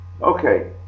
Okay